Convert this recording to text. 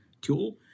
tool